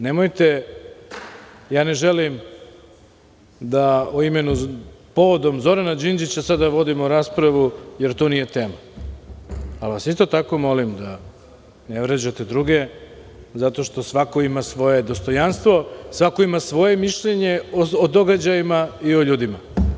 Ne želim da povodom Zorana Đinđića sada vodimo raspravu, jer to nije tema, pa vas isto tako molim da ne vređate druge zato što svako ima svoje dostojanstvo, svako ima svoje mišljenje o događajima i o ljudima.